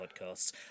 podcasts